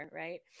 right